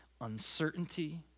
uncertainty